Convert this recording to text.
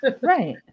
Right